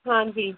हाँ जी